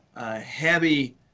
heavy